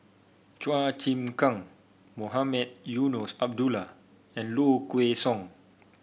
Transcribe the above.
Chua Chim Kang Mohamed Eunos Abdullah and Low Kway Song